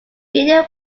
video